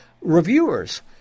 reviewers